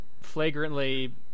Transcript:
flagrantly